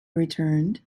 returned